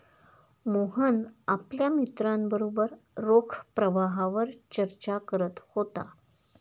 मोहन आपल्या मित्रांबरोबर रोख प्रवाहावर चर्चा करत होता